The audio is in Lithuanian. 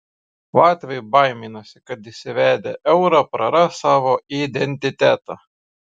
latviai baiminasi kad įsivedę eurą praras savo identitetą